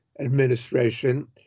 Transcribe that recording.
administration